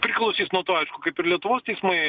priklausys nuo to kaip ir lietuvos teismai